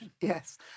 Yes